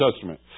Testament